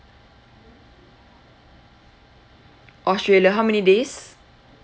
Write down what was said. australia how many days